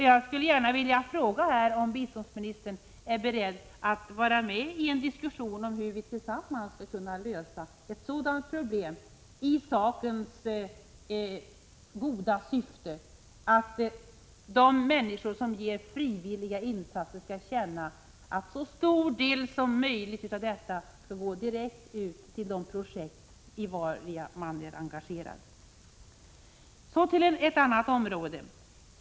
Jag vill fråga om biståndsministern är beredd att delta i en diskussion om hur vi tillsammans skall kunna lösa ett sådant problem i sakens goda syfte att de människor som ger frivilliga insatser skall känna att en så stor del som möjligt av dessa går direkt ut till de projekt som man är engagerad i. Så till ett annat område.